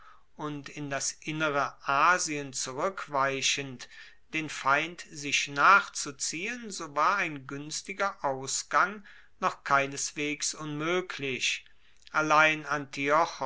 und in das innere asien zurueckweichend den feind sich nachzuziehen so war ein guenstiger ausgang noch keineswegs unmoeglich allein